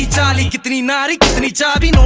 chaali kitni naari, kitni chaabi, note